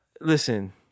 listen